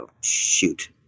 Shoot